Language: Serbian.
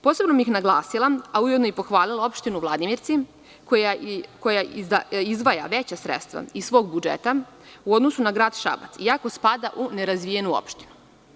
Posebno bih naglasila, a ujedno pohvalila opštinu Vladimirci, koja izdvaja veća sredstva iz svog budžeta u odnosu na grad Šabac, iako spada u nerazvijenu opštinu.